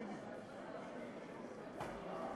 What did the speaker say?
פנאטיות,